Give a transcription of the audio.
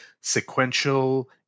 sequential